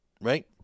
right